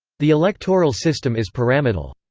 the electoral system is pyramidal.